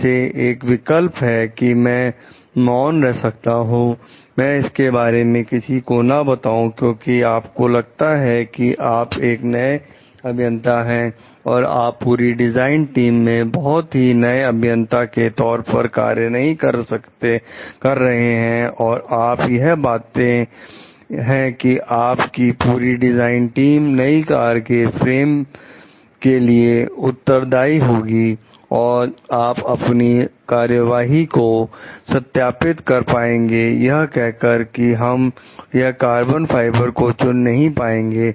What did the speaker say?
जैसे एक विकल्प है कि मैं मौन रह सकता हूं मैं इसके बारे में किसी को ना बताऊं क्योंकि आपको लगता है कि आप एक नए अभियंता है आप पूरी डिजाइन टीम में बहुत ही नए अभियंता के तौर पर कार्य नहीं कर रहे हैं और आप यह बातें हैं कि आप की पूरी डिजाइन टीम नई कार के फ्रेम के लिए उत्तरदाई होगी और आप अपनी कार्यवाही को सत्यापित कर पाएंगे यह कहकर कि हम यह कार्बन फाइबर को चुन नहीं पाएंगे